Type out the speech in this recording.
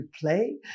play